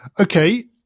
Okay